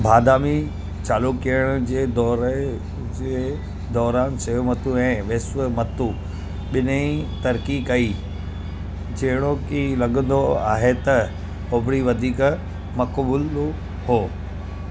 बादामी चालुक्य जे दौर जे दौरान शैवमतु ऐं वैष्णवमतु ॿिन्ही ई तरक़ी कई जेहिड़ोकी लॻंदो आहे त ओभिरि वधीक मक़बूलु हो